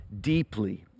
deeply